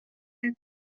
اذیت